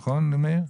נכון מאיר?